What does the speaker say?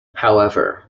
however